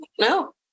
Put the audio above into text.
No